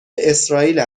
اسرائیل